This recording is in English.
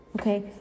Okay